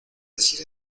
decir